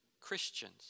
Christians